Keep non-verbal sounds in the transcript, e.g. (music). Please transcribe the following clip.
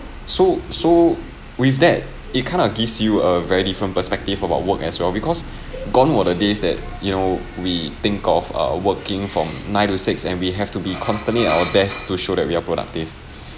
so so with that it kind of gives you a very different perspective about work as well because (breath) gone were the days that you know we think of uh working from nine to six and we have to be constantly at our desk to show that we are productive